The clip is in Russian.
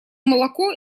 молоко